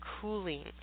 cooling